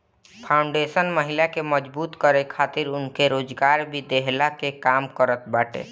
foundation महिला के मजबूत करे खातिर उनके रोजगार भी देहला कअ काम करत बाटे